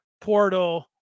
portal